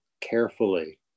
carefully